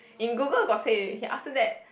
in Google got say okay after that